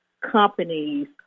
companies